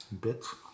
bits